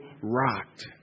rocked